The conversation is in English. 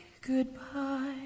goodbye